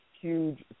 huge